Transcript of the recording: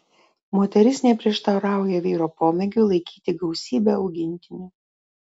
moteris neprieštarauja vyro pomėgiui laikyti gausybę augintinių